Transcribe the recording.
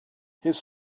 his